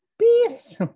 peace